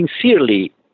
sincerely